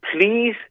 Please